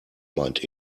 meint